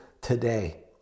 today